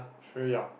very uh